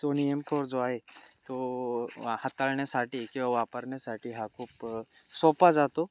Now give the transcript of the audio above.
Sony M four जो आहे तो हाताळण्यासाठी किंवा वापरण्यासाठी हा खूप सोपा जातो